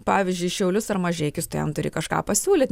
pavyzdžiui į šiaulius ar mažeikius tai jam turi kažką pasiūlyt